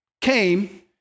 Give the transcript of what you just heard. came